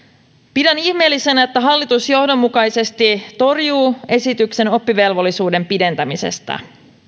pidän ihmeellisenä että hallitus johdonmukaisesti torjuu esityksen oppivelvollisuuden pidentämisestä